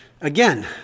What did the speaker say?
Again